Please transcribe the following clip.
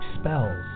spells